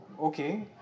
okay